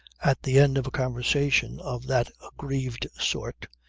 at the end of a conversation of that aggrieved sort,